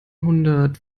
hundert